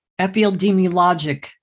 epidemiologic